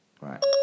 right